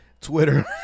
twitter